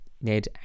Ned